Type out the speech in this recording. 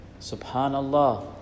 Subhanallah